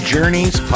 Journeys